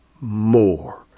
more